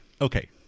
okay